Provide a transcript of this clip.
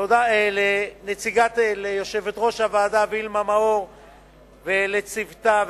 תודה למנהלת הוועדה וילמה מאור ולצוותה,